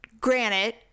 granite